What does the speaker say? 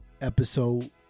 episode